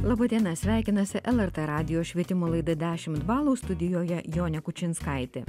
laba diena sveikinasi lrt radijo švietimo laida dešimt balų studijoje jonė kučinskaitė